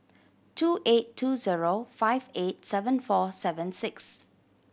two eight two zero five eight seven four seven six